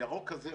הירוק הזה,